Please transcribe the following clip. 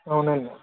అవునండి